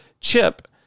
chip